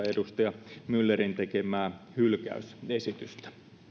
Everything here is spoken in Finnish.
edustaja myllerin tekemää hylkäysesitystä